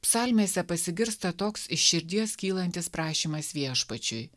psalmėse pasigirsta toks iš širdies kylantis prašymas viešpačiui